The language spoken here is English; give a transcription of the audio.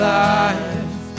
lives